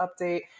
update